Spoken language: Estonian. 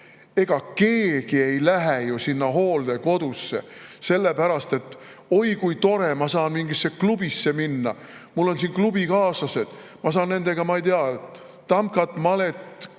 Ega keegi ei lähe hooldekodusse sellepärast, et oi kui tore, ma saan mingisse klubisse minna, mul on seal klubikaaslased, ma saan nendega, ma ei tea, tamkat, malet,